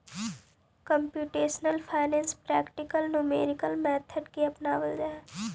computational finance practical numerical method के अपनावऽ हई